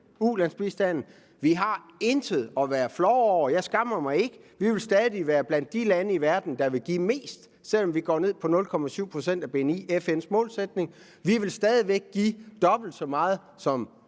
ulandsbistanden med. Vi har intet at være flove over. Jeg skammer mig ikke. Vi vil stadig være blandt de lande i verden, der giver mest, selv om vi går ned på 0,7 pct. af BNI, altså FN's målsætning. Vi vil stadig væk give dobbelt så meget som